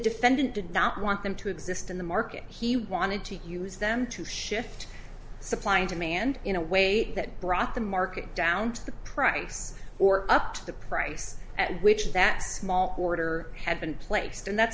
defendant did not want them to exist in the market he wanted to use them to shift supply and demand in a way that brought the market down to the price or up to the price at which that small order had been placed and that's